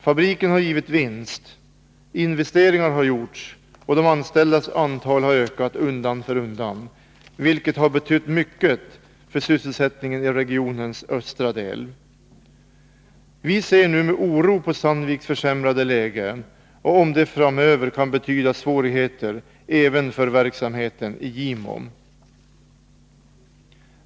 Fabriken har givit vinst, investeringar har gjorts och de anställdas antal har ökat undan för undan, vilket har betytt mycket för sysselsättningen i regionens östra del. Vi ser nu med oro på Sandviks försämrade läge och om det framöver kan betyda svårigheter även för verksamheten i Gimo.